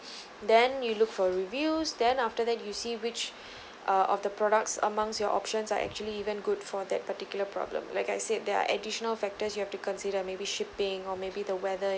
then you look for reviews then after that you see which uh of the products amongst your options are actually even good for that particular problem like I said there are additional factors you have to consider maybe shipping or maybe the weather